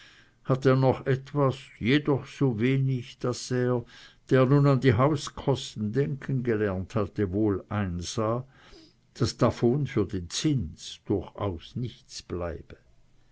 hatte er noch etwas jedoch so wenig daß er der nun an die hauskosten denken gelernt hatte wohl einsah daß davon für den zins durchaus nichts bleibe